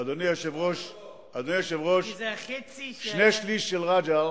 זה החצי, אדוני היושב-ראש, שני-שלישים של רג'ר